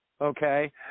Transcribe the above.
okay